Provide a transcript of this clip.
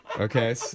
Okay